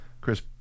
Chris